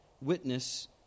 witness